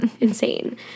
insane